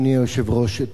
אדוני היושב-ראש,